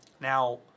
Now